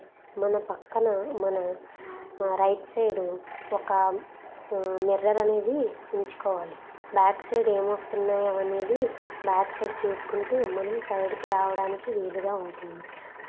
అంటే twenty minutes ten minutes మొత్తం thirty minutes అవుతుంది అనమాట నేను ఆర్డర్ ఇచ్చినప్పుడు ట్వంటీ మినిట్స్ అని చెప్పిండ్రు ఇప్పుడేమో థర్టీ మినిట్స్ అవుతుంది ఆ థ twenty minutes ten minutes late అవుతున్నది యాక్చువల్లీ మరి ఆ లేట్ అవడానికి కారణాలేంటి